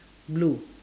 blue